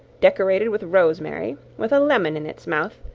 decorated with rosemary, with a lemon in its mouth,